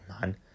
man